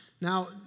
Now